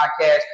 podcast